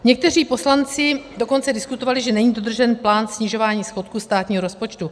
Někteří poslanci dokonce diskutovali, že není dodržen plán snižování schodku státního rozpočtu.